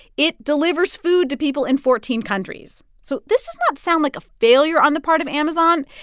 it delivers food to people in fourteen countries. so this does not sound like a failure on the part of amazon.